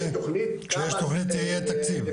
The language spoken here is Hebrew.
כשיש תוכנית יהיה תקציב.